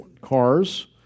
cars